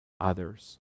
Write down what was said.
others